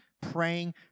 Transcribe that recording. Praying